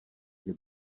kde